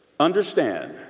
Understand